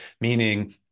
meaning